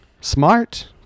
smart